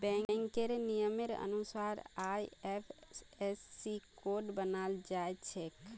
बैंकेर नियमेर अनुसार आई.एफ.एस.सी कोड बनाल जाछे